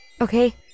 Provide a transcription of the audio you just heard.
Okay